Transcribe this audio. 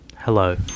Hello